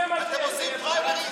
אתם עושים פריימריז?